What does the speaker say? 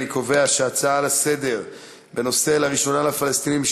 אני קובע שהצעה לסדר-היום בנושא: לראשונה לפלסטינים יהיו